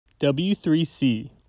W3C